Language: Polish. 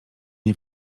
nie